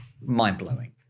mind-blowing